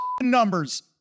numbers